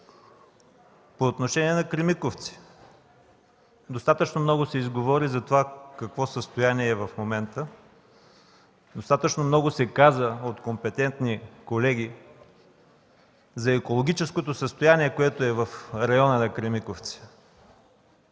По отношение на „Кремиковци” достатъчно много се изговори за това в какво състояние е в момента. Достатъчно много се каза от компетентни колеги за екологическото състояние, което е в района на Кремиковци.